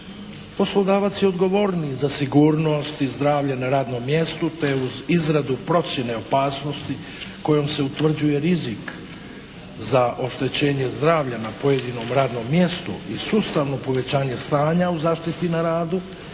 Poslodavac je odgovorniji za sigurnost i zdravlje na radnom mjestu te uz izradu procjene opasnosti kojom se utvrđuje rizik za oštećenje zdravlja na pojedinom radnom mjestu i sustavno povećanje stanja u zaštiti na radu